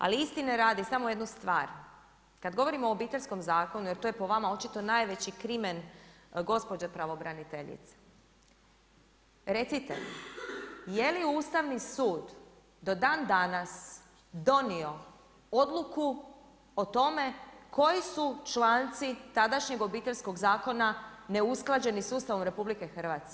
Ali istine radi samo jednu stvar, kada govorimo o Obiteljskom zakonu jer to je po vama očito najveći krimen gospođe pravobraniteljice, recite jeli Ustavni su do dan danas donio odluku o tome koji su članci tadašnjeg Obiteljskog zakona neusklađeni sa Ustavom RH?